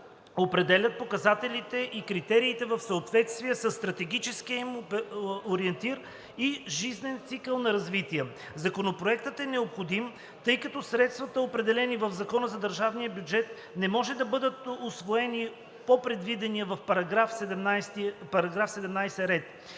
определят показателите и критериите в съответствие със стратегическия им ориентир и жизнен цикъл на развитие. Законопроектът е необходим, тъй като средствата, определени в Закона за държавния бюджет, не може да бъдат усвоени по предвидения в § 17 ред.